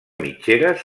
mitgeres